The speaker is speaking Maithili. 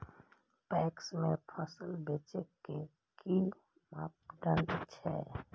पैक्स में फसल बेचे के कि मापदंड छै?